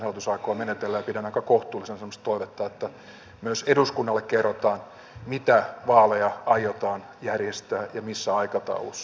pidän aika kohtuullisena semmoista toivetta että myös eduskunnalle kerrotaan mitä vaaleja aiotaan järjestää ja missä aikataulussa